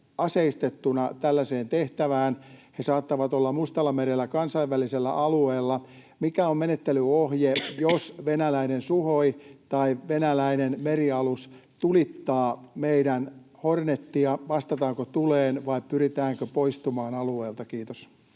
aseistettuina tällaiseen tehtävään ja ne saattavat olla Mustallamerellä kansainvälisellä alueella, niin mikä on menettelyohje, jos venäläinen Suhoi tai venäläinen merialus tulittaa meidän Hornetia: vastataanko tuleen vai pyritäänkö poistumaan alueelta? — Kiitos.